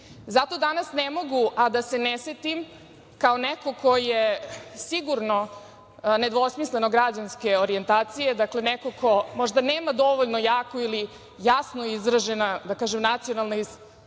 danas ne mogu da se ne setim, kao neko ko je sigurno nedvosmisleno građanske orijentacije, neko ko možda nema dovoljno jaku ili jasno izražena nacionalna osećanja